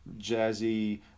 jazzy